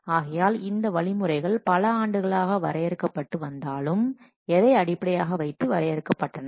ஆகையால் இந்த வழிமுறைகள் பல ஆண்டுகளாக வரையறுக்கப்பட்டு வந்தாலும் எதை அடிப்படையாக வைத்து வரையறுக்கப்பட்டன